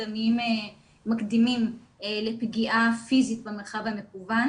מקדימים לפגיעה פיזית במרחב המקוון.